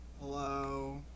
hello